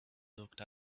looked